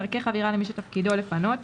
דרכי חבירה למי שתפקידו לפנות,